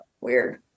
weird